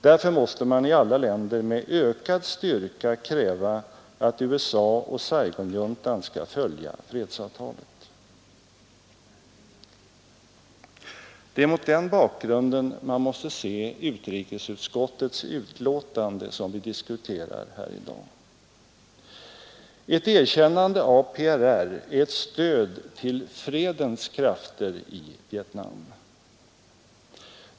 Därför måste man i alla länder med ökad styrka kräva att USA och Saigonjuntan skall följa fredsavtalet. Det är mot den bakgrunden vi måste se utrikesutskottets betänkande, som vi diskuterar här i dag. Ett erkännande av PRR är ett stöd till fredens krafter i Vietnam.